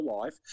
life